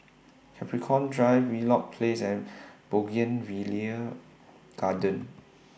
Capricorn Drive Wheelock Place and Bougainvillea Garden